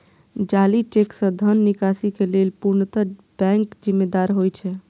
जाली चेक सं धन निकासी के लेल पूर्णतः बैंक जिम्मेदार होइ छै